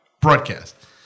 broadcast